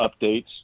updates